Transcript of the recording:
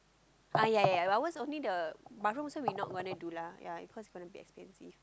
ah yea yea yea but ours only the but rooms here we not wanna do lah yea cause it's going to be expensive